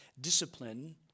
discipline